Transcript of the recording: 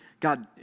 God